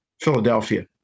Philadelphia